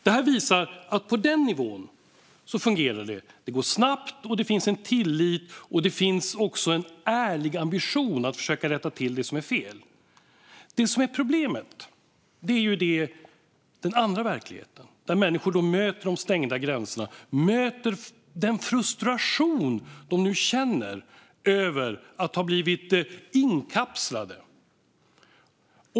Det här visar att på den nivån fungerar det. Det går snabbt, det finns en tillit och det finns också en ärlig ambition att försöka rätta till det som är fel. Problemet är den andra verkligheten, med de stängda gränser som människor nu möter och den frustration de känner över att ha blivit inkapslade.